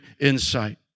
insight